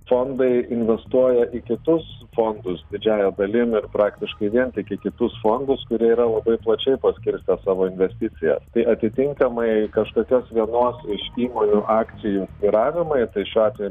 fondai investuoja į kitus fondus didžiąja dalim ir praktiškai vien tik į kitus fondus kurie yra labai plačiai paskirstę savo investicijas tai atitinkamai kažkokios vienos iš įmonių akcijų svyravimai tai šiuo atveju